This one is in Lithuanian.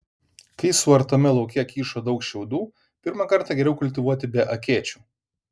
kai suartame lauke kyšo daug šiaudų pirmą kartą geriau kultivuoti be akėčių